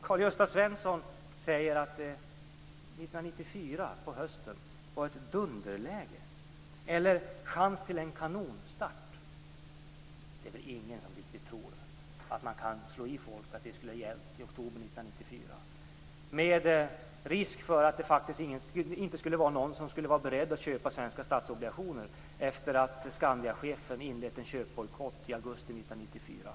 Karl-Gösta Svenson säger att det hösten 1994 var ett dunderläge eller en chans till en kanonstart. Det är väl ingen som riktigt tror att man kan slå i folk att det skulle ha gällt i oktober 1994. Det fanns risk för att det inte fanns någon som skulle vilja köpa svenska statsobligationer efter det att Skandiachefen inlett en köpbojkott i augusti 1994.